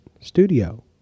studio